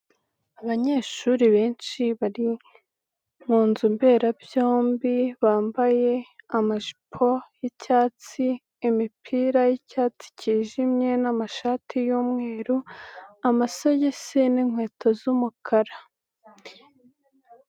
Abanyeshuri benshi bari mu nzu mberabyombi bambaye amajipo y'icyatsi, imipira y'icyatsi kijimye n'amashati y'umweru, amasogisi n'inkweto z'umukara.